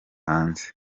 hanze